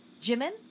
Jimin